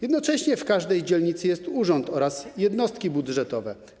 Jednocześnie w każdej dzielnicy jest urząd oraz jednostki budżetowe.